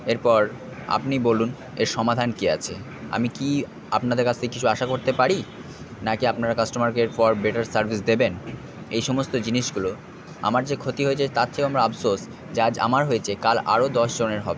এরপর আপনি বলুন এর সমাধান কী আছে আমি কি আপনাদের কাছ থেকে কিছু আশা করতে পারি না কি আপনারা কাস্টমারকে ফর বেটার সার্ভিস দেবেন এই সমস্ত জিনিসগুলো আমার যে ক্ষতি হয়েছে তার থেকেও আমার আপশোস যে আজ আমার হয়েছে কাল আরও দশজনের হবে